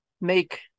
make